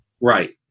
Right